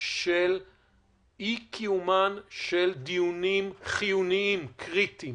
של אי-קיומם של דיונים חיוניים וקריטיים